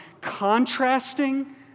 contrasting